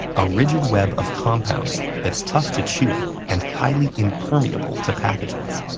a rigid web of compounds that's tough to chew and highly impermeable to pathogens.